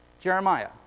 Jeremiah